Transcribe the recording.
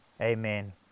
Amen